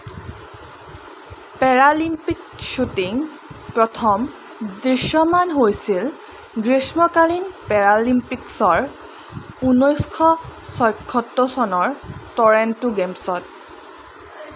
Paralympic shooting প্ৰথম দৃশ্যমান হৈছিল গ্ৰীষ্মকালীন পেৰালিম্পিক্সৰ ঊনৈছশ ছয়সত্তৰ চনৰ টৰন্টো গেমছত